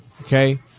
okay